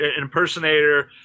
impersonator